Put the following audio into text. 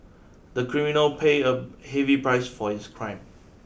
the criminal paid a heavy price for his crime